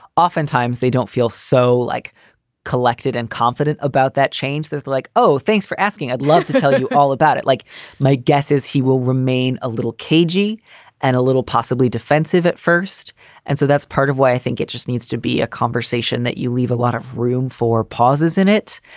oftentimes they don't feel so like collected and confident about that change. there's like, oh, thanks for asking. i'd love to tell you all about it. like my guess is he will remain a little cagey and a little possibly defensive at first and so that's part of why i think it just needs to be a conversation that you leave a lot of room for pauses in it.